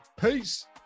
Peace